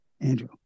Andrew